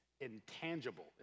intangible